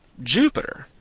jupiter.